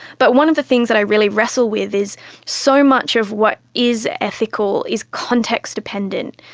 but one of the things that i really wrestle with is so much of what is ethical is context dependent.